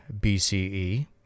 BCE